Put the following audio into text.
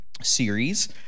series